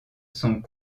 sont